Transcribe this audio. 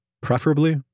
preferably